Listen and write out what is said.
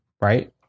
right